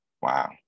Wow